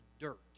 dirt